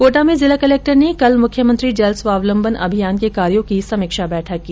कोटा में जिला कलक्टर ने कल मुख्यमंत्री जल स्वावलम्बन अभियान के कार्यों की समीक्षा बैठक की